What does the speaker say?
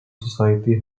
society